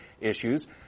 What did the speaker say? issues